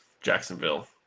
Jacksonville